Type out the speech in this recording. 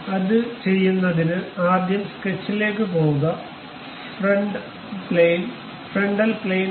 അത് ചെയ്യുന്നതിന് ആദ്യം സ്കെച്ചിലേക്ക് പോകുക ഫ്രണ്ടൽ പ്ലെയിൻ